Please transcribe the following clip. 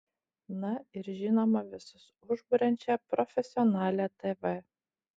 na ir žinoma visus užburiančią profesionalią tv